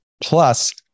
Plus